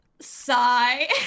sigh